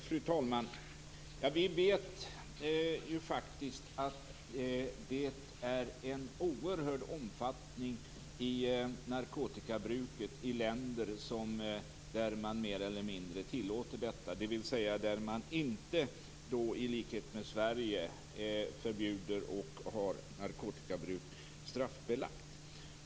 Fru talman! Vi vet faktiskt att det är en oerhörd omfattning i narkotikabruket i länder där man mer eller mindre tillåter detta, dvs. där man inte i likhet med Sverige förbjuder och har narkotikabruket straffbelagt.